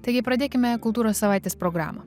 taigi pradėkime kultūros savaitės programą